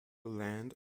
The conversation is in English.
land